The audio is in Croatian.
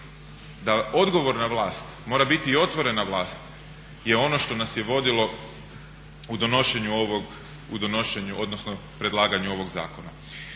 da odgovorna vlast mora biti i otvorena vlast je ono što nas je vodilo u donošenju ovog, odnosno predlaganju ovog zakona.